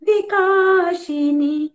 Vikashini